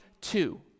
two